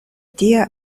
tia